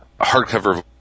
hardcover